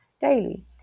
daily